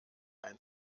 ein